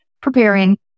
preparing